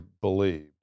believe